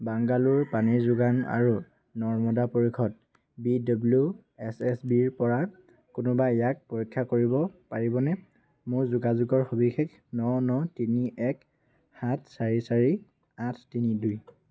বাংগালোৰ পানীৰ যোগান আৰু নৰ্দমা পৰিষদ বি ডব্লিউ এছ এছ বিৰ পৰা কোনোবাই ইয়াক পৰীক্ষা কৰিব পাৰিবনে মোৰ যোগাযোগৰ সবিশেষ ন ন তিনি এক সাত চাৰি চাৰি আঠ তিনি দুই